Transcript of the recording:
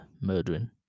murdering